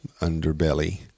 underbelly